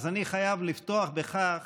אז אני חייב לפתוח בכך